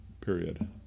Period